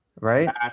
right